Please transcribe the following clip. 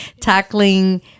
tackling